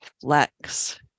flex